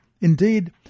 Indeed